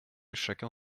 chacun